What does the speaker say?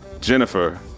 Jennifer